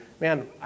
man